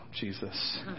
Jesus